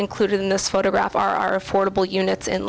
included in this photograph are affordable units in